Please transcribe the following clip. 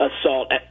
assault